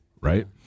right